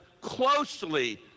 closely